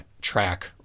track